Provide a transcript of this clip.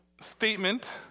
statement